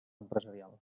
empresarial